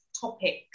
topics